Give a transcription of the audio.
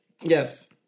Yes